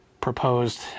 proposed